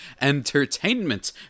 Entertainment